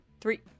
Three